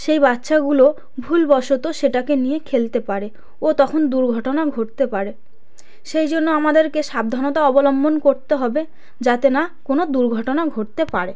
সেই বাচ্চাগুলো ভুলবশত সেটাকে নিয়ে খেলতে পারে ও তখন দুর্ঘটনা ঘটতে পারে সেই জন্য আমাদেরকে সাবধানতা অবলম্বন করতে হবে যাতে না কোনো দুর্ঘটনা ঘটতে পারে